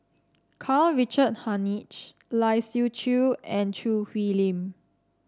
Karl Richard Hanitsch Lai Siu Chiu and Choo Hwee Lim